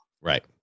Right